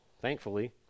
thankfully